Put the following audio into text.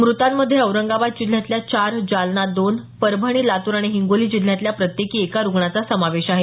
मृतांमध्ये औरंगाबाद जिल्ह्यातल्या चार जालना दोन परभणी लातूर आणि हिंगोली जिल्ह्यातील प्रत्येकी एका रुग्णाचा समावेश आहे